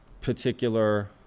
particular